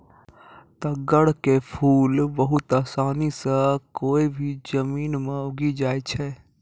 तग्गड़ के फूल बहुत आसानी सॅ कोय भी जमीन मॅ उगी जाय छै